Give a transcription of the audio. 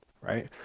right